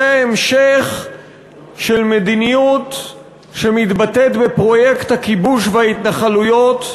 זה המשך של מדיניות שמתבטאת בפרויקט הכיבוש וההתנחלויות,